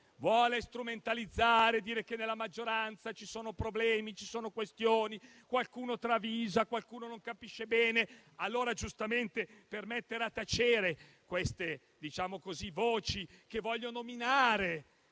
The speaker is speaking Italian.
vuole strumentalizzarlo, dire che nella maggioranza ci sono problemi e questioni; se qualcuno travisa; se qualcuno non capisce bene, allora giustamente, per mettere a tacere queste voci che vogliono minare